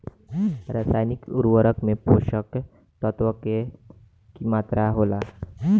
रसायनिक उर्वरक में पोषक तत्व के की मात्रा होला?